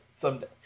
Someday